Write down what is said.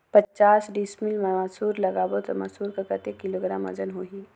पचास डिसमिल मा मसुर लगाबो ता मसुर कर कतेक किलोग्राम वजन होही?